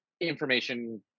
information